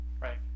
Right